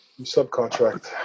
Subcontract